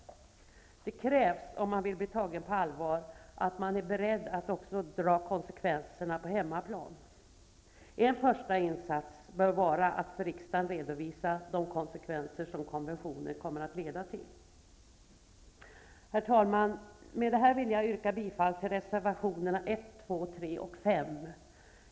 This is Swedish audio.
Det krävs om man vill bli tagen på allvar att man är beredd att också dra konsekvenserna på hemmaplan. En första insats bör vara att för riksdagen redovisa de konsekvenser som konventionen kommer att leda till. Herr talman! Med detta yrkar jag bifall till reservationerna 1,2,3 och 5.